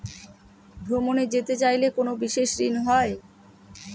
ভ্রমণে যেতে চাইলে কোনো বিশেষ ঋণ হয়?